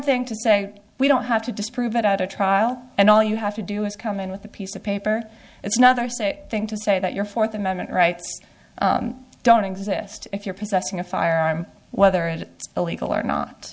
thing to say we don't have to disprove it at a trial and all you have to do is come in with a piece of paper it's not our say thing to say that your fourth amendment rights don't exist if you're possessing a firearm whether it is illegal or not